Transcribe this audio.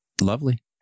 Lovely